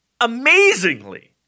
Amazingly